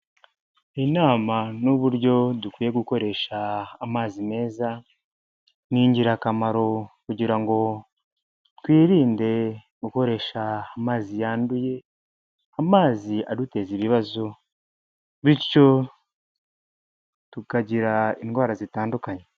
Inama n'uburyo dukwiye gukoresha amazi meza ni ingirakamaro kugira ngo twirinde gukoresha amazi yanduye, amazi aduteza ibibazo, bityo tukagira indwara zitandukanye.